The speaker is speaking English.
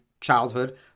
childhood